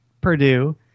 Purdue